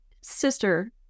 sister